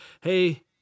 hey